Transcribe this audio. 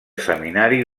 seminari